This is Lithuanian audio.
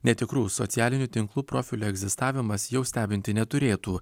netikrų socialinių tinklų profilių egzistavimas jau stebinti neturėtų